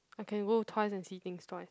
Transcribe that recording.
I can go twice and see things twice